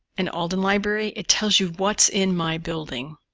and alden library. it tells you what's in my building.